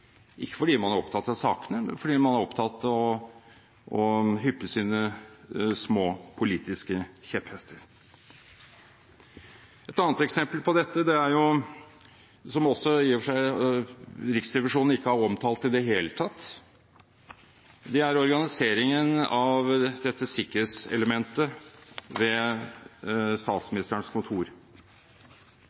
ikke fordi man er opptatt av sakene, men fordi man er opptatt av å ri sine små politiske kjepphester. Et annet eksempel på dette – som Riksrevisjonen i og for seg ikke har omtalt i det hele tatt – er organiseringen av dette sikkerhetselementet ved Statsministerens kontor.